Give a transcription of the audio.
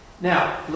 Now